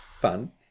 fun